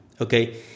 okay